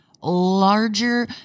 larger